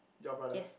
your brother